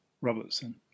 Robertson